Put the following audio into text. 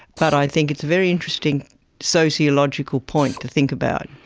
but i think it's a very interesting sociological point to think about.